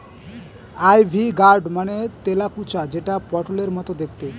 ivy gourd মানে তেলাকুচা যেটা পটলের মতো দেখতে